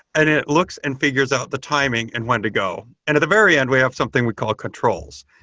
and it looks and figures out the timing and when to go. and at the very end, we have something we call controls,